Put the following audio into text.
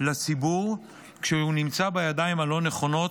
לציבור כשהוא נמצא בידיים הלא-נכונות,